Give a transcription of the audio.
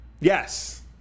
Yes